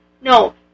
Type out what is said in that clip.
No